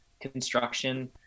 construction